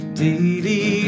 daily